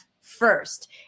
first